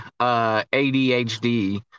ADHD